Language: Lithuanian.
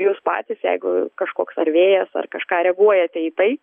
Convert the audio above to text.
jūs patys jeigu kažkoks vėjas ar kažką reaguojate į tai